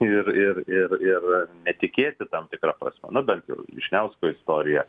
ir ir ir ir netikėti tam tikra prasme nu bent jau vyšniausko istorija